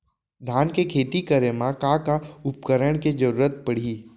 धान के खेती करे मा का का उपकरण के जरूरत पड़हि?